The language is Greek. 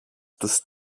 τους